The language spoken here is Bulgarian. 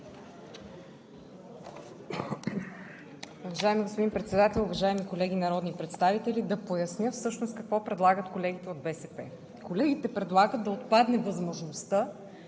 Уважаеми господин Председател, уважаеми колеги народни представители! Да поясня всъщност какво предлагат колегите от БСП. Колегите предлагат да отпадне възможността